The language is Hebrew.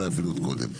אולי אפילו עוד קודם,